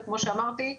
וכמו שאמרתי,